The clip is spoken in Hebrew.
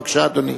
בבקשה, אדוני.